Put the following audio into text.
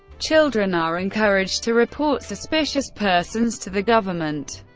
children are encouraged to report suspicious persons to the government,